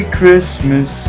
Christmas